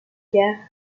guerre